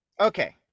Okay